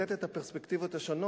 לסרטט את הפרספקטיבות השונות,